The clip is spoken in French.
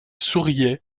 souriait